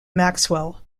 maxwell